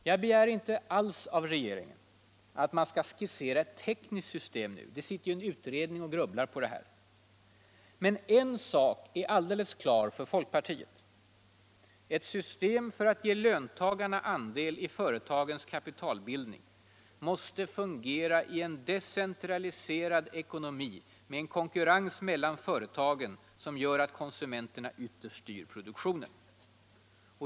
Jag begär inte alls av regeringen att man skall skissera ett tekniskt system nu. Det sitter ju en utredning och grubblar på detta. Men en sak är alldeles klar för folkpartiet: Ett system för att ge löntagarna andel i företagens kapitalbildning måste fungera i en decentraliserad ekonomi, med en konkurrens mellan företagen som gör att konsumenterna ytterst styr produktionen.